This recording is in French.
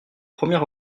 premier